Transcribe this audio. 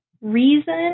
reason